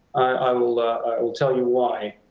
i will will tell you why.